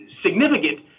significant